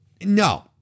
No